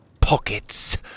pockets